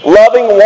loving